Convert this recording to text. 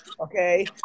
Okay